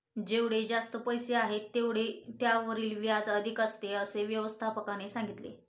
जेवढे जास्त पैसे आहेत, तेवढे त्यावरील व्याज अधिक असते, असे व्यवस्थापकाने सांगितले